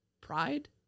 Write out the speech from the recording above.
pride